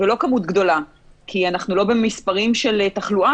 ולא כמות גדולה כי אנחנו לא במספרים של תחלואה